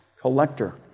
collector